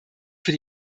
für